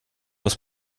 muss